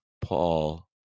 Paul